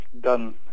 done